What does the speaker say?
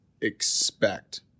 expect